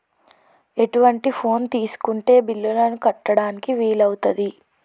ఎటువంటి ఫోన్ తీసుకుంటే బిల్లులను కట్టడానికి వీలవుతది?